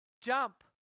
jump